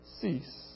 cease